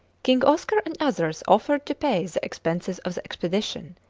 king oscar and others offered to pay the expenses of the expedition,